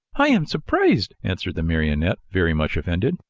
i am surprised! answered the marionette, very much offended.